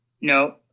No